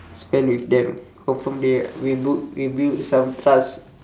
spend with them confirm they will bu~ will build some trust